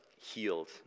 healed